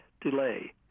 delay